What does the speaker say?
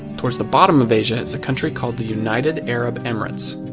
towards the bottom of asia, is a country called the united arab emirates.